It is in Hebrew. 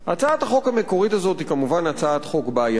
הצעת החוק המקורית הזאת היא כמובן הצעת חוק בעייתית,